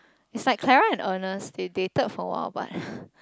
is like Clara and Ernest they dated for a while but